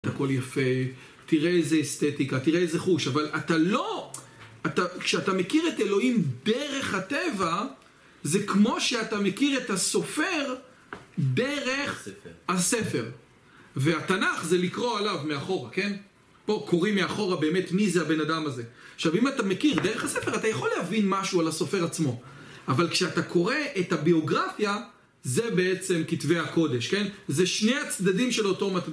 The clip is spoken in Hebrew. את הכל יפה, תראה איזה אסתטיקה, תראה איזה חוש, אבל אתה לא, כשאתה מכיר את אלוהים דרך הטבע, זה כמו שאתה מכיר את הסופר דרך הספר, והתנ״ך זה לקרוא עליו מאחורה, כן? פה קוראים מאחורה באמת מי זה הבן אדם הזה, עכשיו אם אתה מכיר, דרך הספר, אתה יכול להבין משהו על הסופר עצמו, אבל כשאתה קורא את הביוגרפיה, זה בעצם כתבי הקודש, כן? זה שני הצדדים של אותו מטבע,